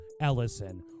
Ellison